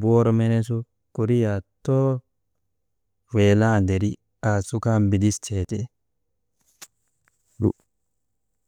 bor mene su kundriyaa too weelaanderi, aasu kaa mbidistee ti.